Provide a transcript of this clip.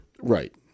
Right